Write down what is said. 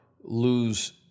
lose